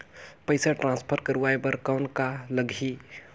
पइसा ट्रांसफर करवाय बर कौन का लगही?